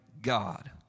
God